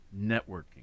networking